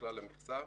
מכלל המכסה.